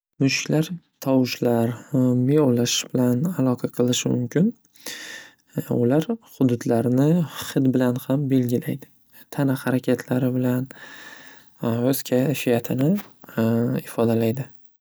Mushuklar tovushlar miyovlash bilan aloqa qilishi mumkin. Ular hududlarni xid bilan ham belgilaydi. Tana harakatlari bilan o‘z kayfiyatini ifodalaydi.